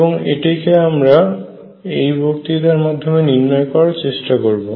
এবং এটিকে আমরা এই বক্তৃতার মাধ্যমে নির্ণয় করার চেষ্টা করব